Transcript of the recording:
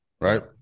right